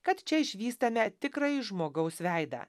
kad čia išvystame tikrąjį žmogaus veidą